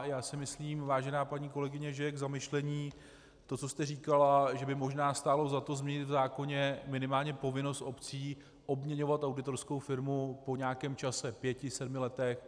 Já si myslím, vážená paní kolegyně, že je k zamyšlení to, co jste říkala, a že by možná stálo za to změnit v zákoně minimálně povinnost obcí obměňovat auditorskou firmu po nějakém čase, pěti sedmi letech.